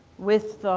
with